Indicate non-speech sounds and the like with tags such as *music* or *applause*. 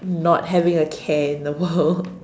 not having a care in the world *laughs*